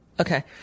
okay